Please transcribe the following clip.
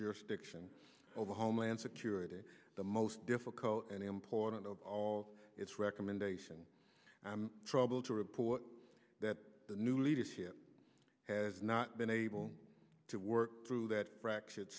over homeland security the most difficult and important of all it's recommendation trouble to report that the new leadership has not been able to work through that fractured